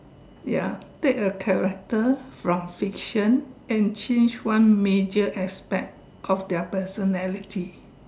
ya take a character from fiction and change one major aspect of their personality